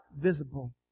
visible